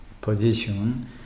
position